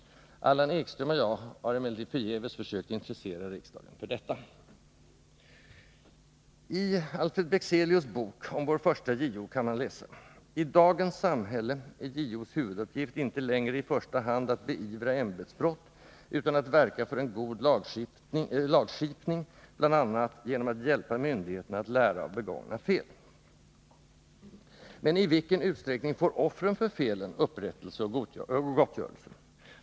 Allan Ekström och jag har emellertid förgäves försökt intressera riksdagen för detta. I Alfred Bexelius bok om vår första JO kan man läsa: ”I dagens samhälle är JO:s huvuduppgift inte längre i första hand att beivra ämbetsbrott utan att verka för en god lagskipning bl.a. genom att hjälpa myndigheterna att lära av begångna fel.” Men i vilken utsträckning får offren för felen upprättelse och gottgörelse?